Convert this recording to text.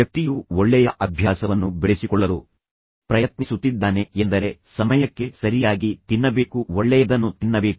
ವ್ಯಕ್ತಿಯು ಒಳ್ಳೆಯ ಅಭ್ಯಾಸವನ್ನು ಬೆಳೆಸಿಕೊಳ್ಳಲು ಪ್ರಯತ್ನಿಸುತ್ತಿದ್ದಾನೆ ಎಂದರೆ ಸಮಯಕ್ಕೆ ಸರಿಯಾಗಿ ತಿನ್ನಬೇಕು ಒಳ್ಳೆಯದನ್ನು ತಿನ್ನಬೇಕು